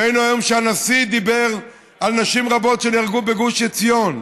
ראינו היום שהנשיא דיבר על נשים רבות שנהרגו בגוש עציון.